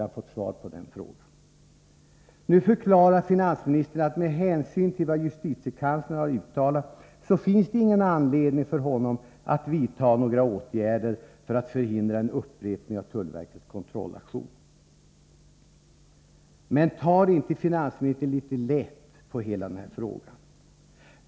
Nu förklarar finansministern att det med hänsyn till vad justitiekanslern har uttalat inte finns någon anledning för honom att vidta några åtgärder för att förhindra en upprepning av tullverkets kontrollaktion. Men tar inte finansministern litet lätt på hela den här frågan?